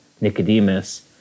Nicodemus